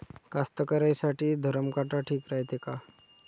कास्तकाराइसाठी धरम काटा ठीक रायते का?